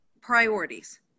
priorities